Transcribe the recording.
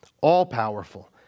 all-powerful